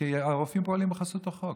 כי הרופאים פועלים בחסות החוק,